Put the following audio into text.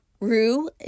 rue